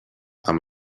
amb